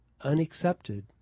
unaccepted